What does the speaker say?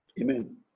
Amen